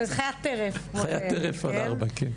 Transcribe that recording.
משהו שהולך על ארבע.